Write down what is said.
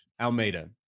almeida